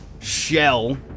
shell